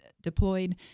deployed